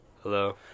Hello